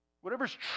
whatever's